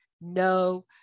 no